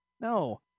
no